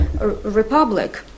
Republic